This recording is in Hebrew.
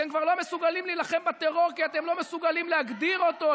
אתם כבר לא מסוגלים להילחם בטרור כי אתם לא מסוגלים להגדיר אותו,